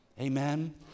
Amen